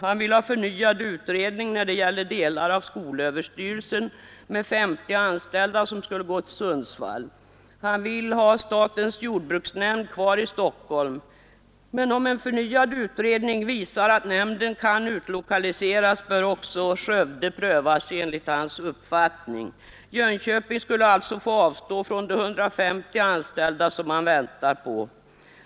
Han vill ha förnyad utredning när det gäller utflyttningen av delar av skolöverstyrelsen; 50 anställda skulle här till Sundsvall. Han vill ha statens jordbruksnämnd kvar i Stockholm. Men om en förnyad utredning visar att nämnden kan utlokaliseras bör enligt hans uppfattning också Skövde prövas. Jönköping skulle alltså få avstå från de 150 anställda som man där väntar på.